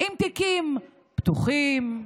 עם תיקים פתוחים,